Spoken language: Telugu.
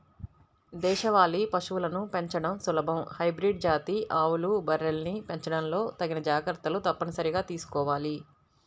దేశవాళీ పశువులను పెంచడం సులభం, హైబ్రిడ్ జాతి ఆవులు, బర్రెల్ని పెంచడంలో తగిన జాగర్తలు తప్పనిసరిగా తీసుకోవాల